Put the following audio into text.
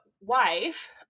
wife